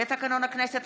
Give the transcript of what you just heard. לתקנון הכנסת,